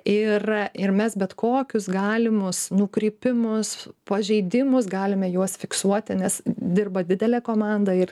ir ir mes bet kokius galimus nukrypimus pažeidimus galime juos fiksuoti nes dirba didelė komanda ir